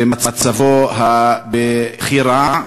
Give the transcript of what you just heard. ומצבו בכי רע.